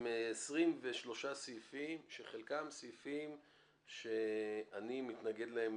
עם 23 סעיפים שחלקם סעיפים שאני מתנגד להם